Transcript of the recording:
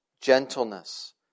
gentleness